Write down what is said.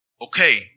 okay